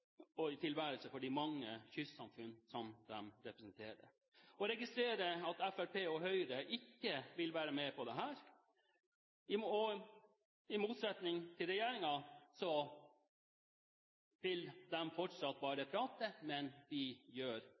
og tilværelse for de mange kystsamfunn som de representerer. Jeg registrerer at Fremskrittspartiet og Høyre ikke vil være med på dette. I motsetning til regjeringen vil de fortsatt bare prate – men vi gjør